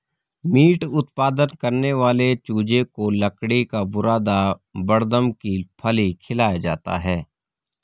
meet उत्पादन करने वाले चूजे को लकड़ी का बुरादा बड़दम की फली खिलाया जाता है